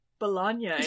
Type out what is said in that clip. bologna